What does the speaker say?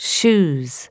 Shoes